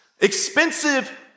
Expensive